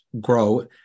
grow